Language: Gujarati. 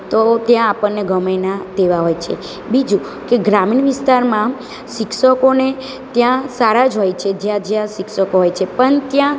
તો ત્યાં આપણને ગમે ના તેવા હોય છે બીજું કે ગ્રામીણ વિસ્તારમાં શિક્ષકોને ત્યાં સારા જ હોય છે જ્યાં જ્યાં શિક્ષકો હોય છે પણ ત્યાં